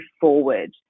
forward